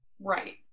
Right